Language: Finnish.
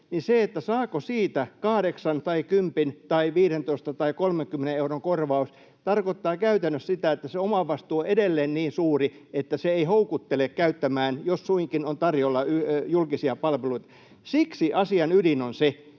tai kymmenen tai 15 tai 30 euron korvauksen, tarkoittaa käytännössä sitä, että se omavastuu on edelleen niin suuri, että se ei houkuttele käyttämään, jos suinkin on tarjolla julkisia palveluita. Siksi asian ydin on se,